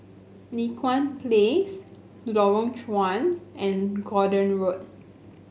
Li Hwan Place Lorong Chuan and Gordon Road